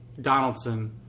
Donaldson